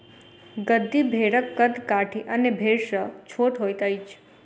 गद्दी भेड़क कद काठी अन्य भेड़ सॅ छोट होइत अछि